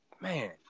Man